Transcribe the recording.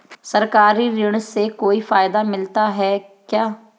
सरकारी ऋण से कोई फायदा मिलता है क्या?